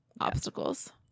Obstacles